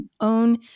own